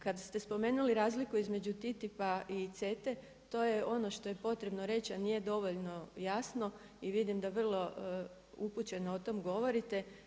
Kada ste spomenuli razlika između TTIP i CETA-e, to je ono što je potrebno reći, a nije dovoljno jasno i vidim da vrlo upućeno o tome govorite.